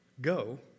go